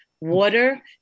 water